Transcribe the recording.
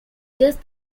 just